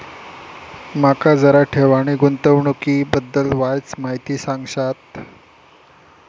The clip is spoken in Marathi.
माका जरा ठेव आणि गुंतवणूकी बद्दल वायचं माहिती सांगशात?